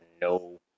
no